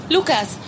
Lucas